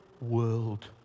world